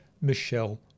Michelle